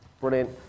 Brilliant